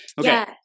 Okay